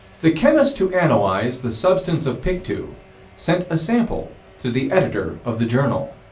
the chemist who analyzed the substance of pictou sent a sample to the editor of the journal.